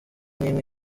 n’imwe